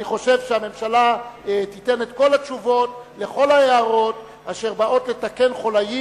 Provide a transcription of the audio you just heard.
אני חושב שהממשלה תיתן את כל התשובות לכל ההערות אשר באות לתקן חוליים,